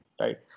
right